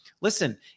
listen